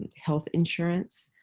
health insurance,